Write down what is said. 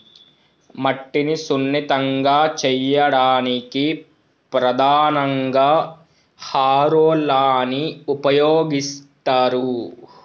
మట్టిని సున్నితంగా చేయడానికి ప్రధానంగా హారోలని ఉపయోగిస్తరు